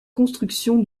construction